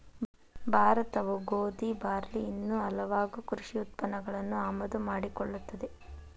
ಭಾರತವು ಗೋಧಿ, ಬಾರ್ಲಿ ಇನ್ನೂ ಹಲವಾಗು ಕೃಷಿ ಉತ್ಪನ್ನಗಳನ್ನು ಆಮದು ಮಾಡಿಕೊಳ್ಳುತ್ತದೆ